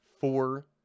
four